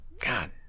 god